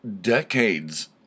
decades